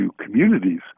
communities